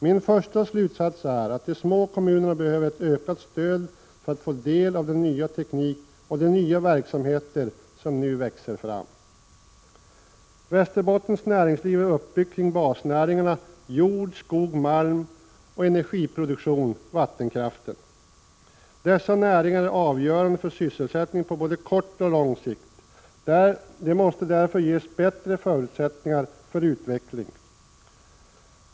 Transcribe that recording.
Min första slutsats är att de små kommunerna behöver ett ökat stöd för att få del av den nya teknik och de nya verksamheter som nu växer fram. Västerbottens näringsliv är uppbyggt kring basnäringarna jord, skog, malm och energiproduktion — vattenkraft. Dessa näringar är avgörande för sysselsättningen på både kort och lång sikt. De måste därför ges bättre förutsättningar för utveckling.